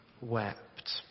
wept